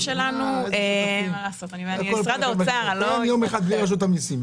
תן יום אחד בלי רשות המסים.